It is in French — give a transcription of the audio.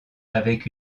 avec